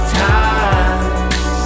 times